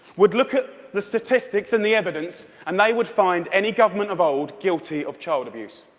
would look at the statistics and the evidence, and they would find any government of old guilty of child abuse.